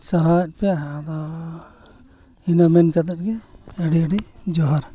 ᱥᱟᱨᱦᱟᱣᱮᱫ ᱯᱮᱭᱟ ᱟᱫᱚ ᱤᱱᱟᱹ ᱢᱮᱱ ᱠᱟᱛᱮᱫ ᱜᱮ ᱟᱹᱰᱤᱼᱟᱹᱰᱤ ᱡᱚᱦᱟᱨ